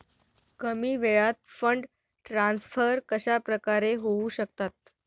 कमी वेळात fund transfer कशाप्रकारे होऊ शकतात?